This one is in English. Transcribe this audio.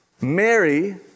Mary